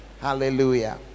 hallelujah